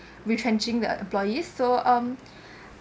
retrenching their employees so um